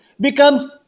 becomes